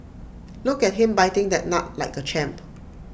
look at him biting that nut like A champ